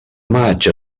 maig